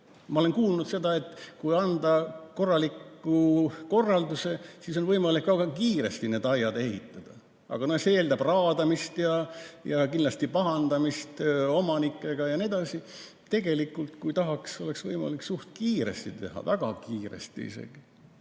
ma olen kuulnud seda, et kui anda korralik korraldus, siis on võimalik kiiresti need aiad ehitada, aga see eeldab raadamist ja kindlasti pahandamist omanikega ja nii edasi. Tegelikult, kui tahaks, oleks võimalik suht kiiresti teha, väga kiiresti isegi.